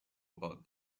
about